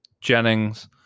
Jennings